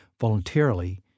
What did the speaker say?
voluntarily